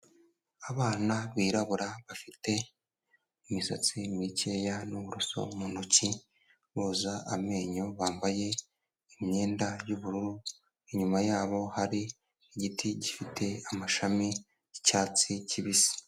Abana birarabura bafite imisatsi mikeya n’uburuso mu ntoki boza amenyo, bambaye imyenda y’ubururu inyuma yabo hari igiti gifite amashami y’icyatsi kibisi.